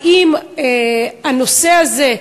האם הנושא הזה,